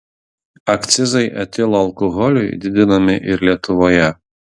akcizai etilo alkoholiui didinami ir lietuvoje